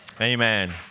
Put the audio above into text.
Amen